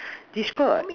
describe I